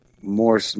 more